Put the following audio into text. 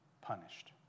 punished